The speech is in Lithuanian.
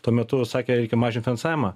tuo metu sakė reikia mažint finansavimą